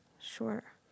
Sure